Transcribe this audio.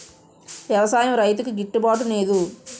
వ్యవసాయం రైతుకి గిట్టు బాటునేదు